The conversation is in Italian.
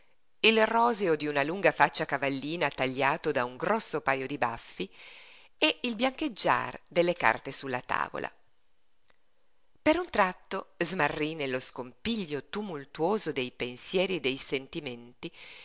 il roseo d'una lunga faccia cavallina tagliato da un grosso paio di baffi e il biancheggiar delle carte sulla tavola per un tratto smarrí nello scompiglio tumultuoso dei pensieri e dei sentimenti